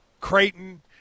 Creighton